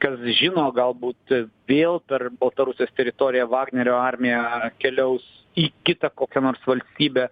kas žino galbūt vėl per baltarusijos teritoriją vagnerio armija keliaus į kitą kokią nors valstybę